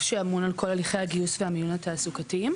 שאמון על כל הליכי הגיוס והמיון התעסוקתיים.